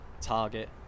target